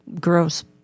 gross